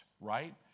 right